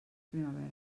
primavera